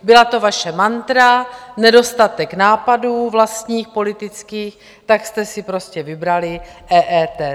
Byla to vaše mantra, nedostatek nápadů vlastních politických, tak jste si prostě vybrali EET.